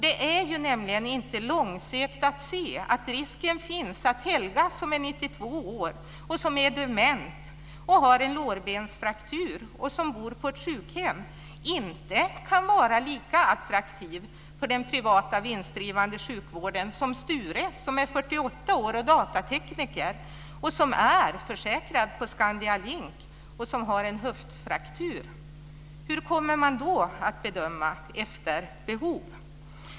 Det är ju nämligen inte långsökt att se att risken finns att Helga som är 92 år och dement, har en lårbensfraktur och bor på ett sjukhem inte kan vara lika attraktiv för den privata vinstdrivande sjukvården som Sture, 48 år och datatekniker, försäkrad hos Skandia Link och med en höftfraktur. Hur kommer man då att bedöma behoven?